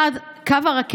לחדד אותן: 1. קו הרכבת,